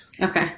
Okay